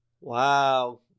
Wow